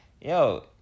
yo